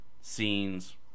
scenes